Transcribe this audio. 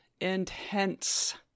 intense